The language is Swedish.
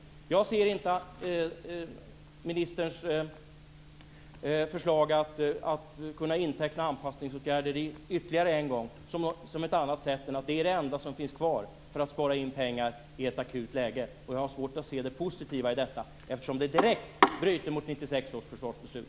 Jag ser inte att ministerns förslag att inteckna anpassningsåtgärder ytterligare en gång som någonting annat än det enda som finns kvar för att spara pengar i ett akut läge. Jag har svårt att se det positiva i detta, eftersom det direkt bryter mot 1996 års försvarsbeslut.